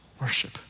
worship